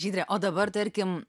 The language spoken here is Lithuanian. žydre o dabar tarkim